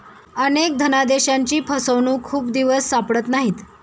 अनेक धनादेशांची फसवणूक खूप दिवस सापडत नाहीत